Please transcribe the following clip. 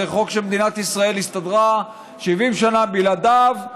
זה חוק שמדינת ישראל הסתדרה 70 שנה בלעדיו,